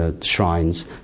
Shrines